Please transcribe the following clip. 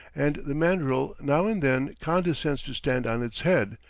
and the mandril now and then condescends to stand on its head,